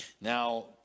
now